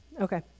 Okay